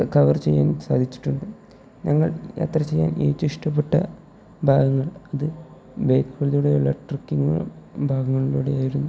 cover ചെയ്യാൻ സാധിച്ചിട്ടുണ്ട് ഞങ്ങൾ യാത്ര ചെയ്യാൻ ഏറ്റവും ഇഷ്ടപ്പെട്ട ഭാഗങ്ങൾ അത് ബൈക്കുകളിലൂടെയുള്ള ട്രക്കിംഗ് ഭാഗങ്ങളിലൂടെയായിരുന്നു